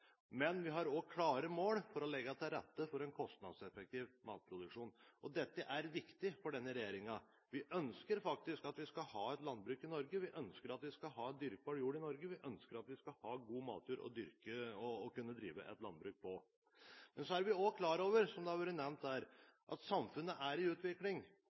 Men vi har også klare mål om å legge til rette for en kostnadseffektiv matproduksjon. Dette er viktig for denne regjeringen. Vi ønsker faktisk at vi skal ha et landbruk i Norge, vi ønsker at vi skal ha dyrkbar jord i Norge, vi ønsker at vi skal ha god matjord å kunne drive et landbruk på. Men så er vi også klar over, som det har vært nevnt her, at samfunnet er i utvikling.